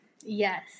Yes